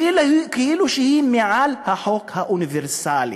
כאילו היא מעל החוק האוניברסלי.